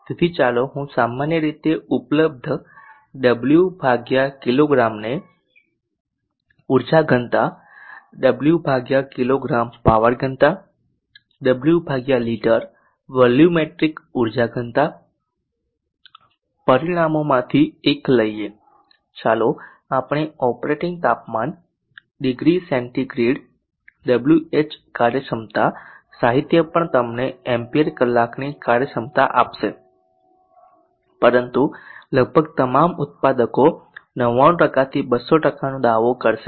તેથી ચાલો હું સામાન્ય રીતે ઉપલબ્ધ ડબલ્યુ કિગ્રા ને ઊર્જા ઘનતા ડબલ્યુ કિગ્રા પાવર ઘનતા ડબલ્યુ લિટર વોલ્યુમેટ્રિક ઉર્જા ઘનતા પરિમાણોમાંથી એક લઈએ ચાલો આપણે ઓપરેટિંગ તાપમાન ડિગ્રી સેન્ટીગ્રેડ Wh કાર્યક્ષમતા સાહિત્ય પણ તમને એમ્પીયર કલાકની કાર્યક્ષમતા આપશે પરંતુ લગભગ તમામ ઉત્પાદકો 99 થી 200 નો દાવો કરશે